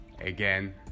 again